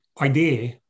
idea